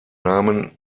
namen